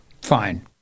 Fine